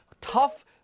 tough